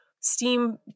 steam